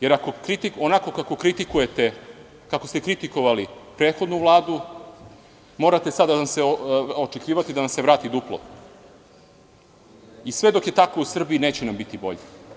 Jer, onako kako ste kritikovali prethodnu Vladu, morate sada očekivati da vam se vrati duplo i sve dok je tako u Srbiji neće nam biti bolje.